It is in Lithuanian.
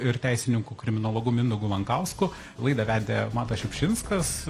ir teisininku kriminologu mindaugu lankausku laidą vedė matas šiupšinskas